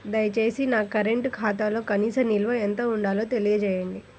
దయచేసి నా కరెంటు ఖాతాలో కనీస నిల్వ ఎంత ఉండాలో తెలియజేయండి